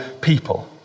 people